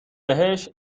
بهش